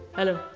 hello.